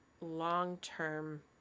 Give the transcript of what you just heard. long-term